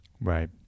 Right